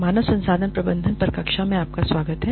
मानव संसाधन प्रबंधन पर कक्षा में आपका स्वागत है